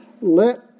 Let